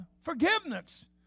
forgiveness